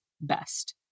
best